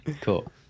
Cool